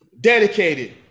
dedicated